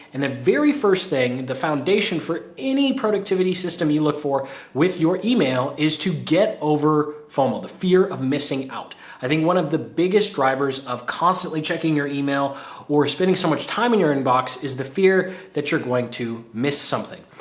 and the very first thing, the foundation for any productivity system you look for with your email is to get over fomo, the fear of missing out. i think one of the biggest drivers of constantly checking your email or spending so much time in your inbox is the fear that you're going to miss something.